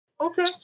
okay